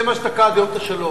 זה מה שתקע עד היום את השלום.